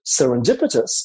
serendipitous